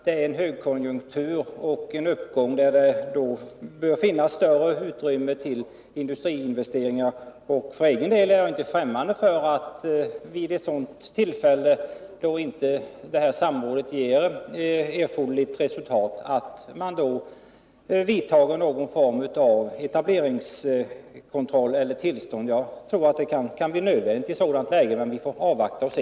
I en högkonjunktur och en uppgång finns det större utrymme för industriinvesteringar. För egen del är jag inte främmande för att man vid ett sådant tillfälle, och då ett samråd inte ger erforderligt resultat, genomför någon form av etableringskontroll eller tillståndsgivning. Jag tror att det kan bli nödvändigt i ett sådant läge. Men vi får avvakta och se.